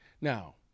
Now